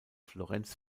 florenz